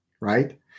right